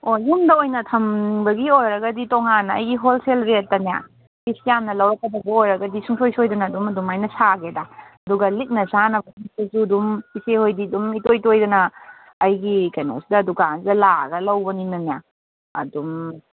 ꯑꯣ ꯌꯨꯝꯗ ꯑꯣꯏꯅ ꯊꯝꯅꯤꯡꯕꯒꯤ ꯑꯣꯏꯔꯒꯗꯤ ꯇꯣꯉꯥꯟꯅ ꯑꯩꯒꯤ ꯍꯣꯜ ꯁꯦꯜ ꯔꯦꯠꯇꯅꯦ ꯄꯤꯁ ꯌꯥꯝꯅ ꯂꯧꯔꯛꯀꯗꯕ ꯑꯣꯏꯔꯒꯗꯤ ꯁꯨꯡꯁꯣꯏ ꯁꯣꯏꯗꯅ ꯑꯗꯨꯝ ꯑꯗꯨꯃꯥꯏꯅ ꯁꯥꯒꯦꯗ ꯑꯗꯨꯒ ꯂꯤꯛꯅ ꯆꯥꯅ ꯑꯗꯨꯝ ꯏꯆꯦ ꯍꯣꯏꯗꯤ ꯑꯗꯨꯝ ꯏꯇꯣꯏ ꯇꯣꯏꯗꯅ ꯑꯩꯒꯤ ꯀꯩꯅꯣꯁꯤꯗ ꯗꯨꯀꯥꯟꯖꯤꯗ ꯂꯥꯛꯑꯒ ꯂꯧꯕꯅꯤꯅꯅꯦ ꯑꯗꯨꯝ